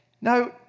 Now